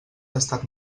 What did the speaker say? tastat